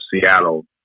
Seattle